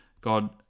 God